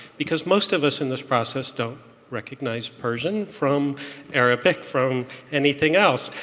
because most of us in this process don't recognize persian from arabic, from anything else.